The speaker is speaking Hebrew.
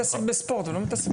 סימון מתעסק בספורט הוא לא מתעסק.